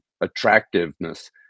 attractiveness